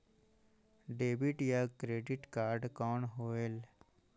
Debit या credit card कौन होएल?